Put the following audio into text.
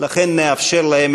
לכן נאפשר להם.